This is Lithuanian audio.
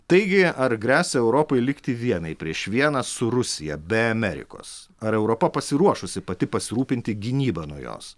taigi ar gresia europai likti vienai prieš vieną su rusija be amerikos ar europa pasiruošusi pati pasirūpinti gynyba nuo jos